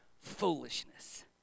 foolishness